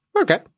okay